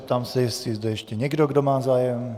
Ptám se, jestli je tu ještě někdo, kdo má zájem.